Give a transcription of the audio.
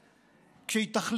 כשהיא תחליט, נניח,